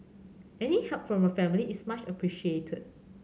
any help from your family is much appreciated